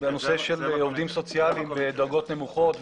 בנושא של עובדים סוציאליים בדרגות נמוכות.